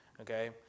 okay